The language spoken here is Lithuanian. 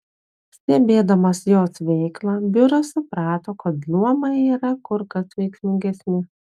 stebėdamas jos veiklą biuras suprato kad luomai yra kur kas veiksmingesni